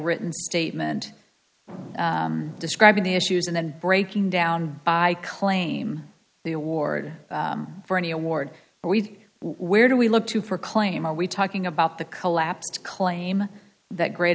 written statement describing the issues and then breaking down i claim the award for any award but we where do we look to for claim are we talking about the collapse claim that great